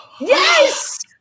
Yes